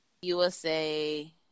USA